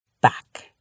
back